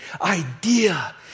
idea